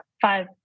five